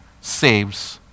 saves